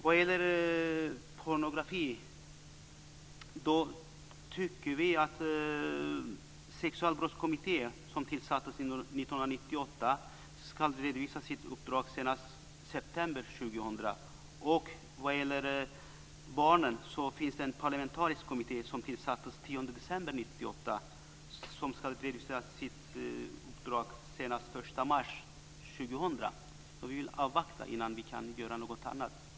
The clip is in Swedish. Vad gäller pornografin tycker vi att Sexualbrottskommittén, som tillsattes 1998, ska redovisa sitt uppdrag senast i september 2000. Vad gäller barnen finns det en parlamentarisk kommitté som tillsattes den 10 september 1998 som ska redovisa sitt uppdrag senast den 1 mars 2000. Vi vill avvakta innan vi kan göra något annat.